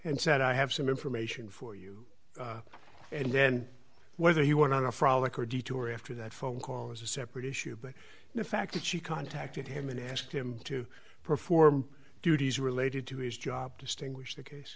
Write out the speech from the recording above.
and said i have some information for you and then whether he went on a frolic or detour after that phone call is a separate issue but the fact that she contacted him and asked him to perform duties related to his job distinguish the case